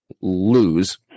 lose